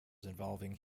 involving